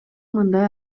мындай